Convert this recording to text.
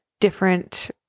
different